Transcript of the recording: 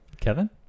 kevin